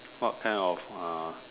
what kind of ah